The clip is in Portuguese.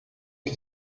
que